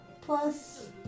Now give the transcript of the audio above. plus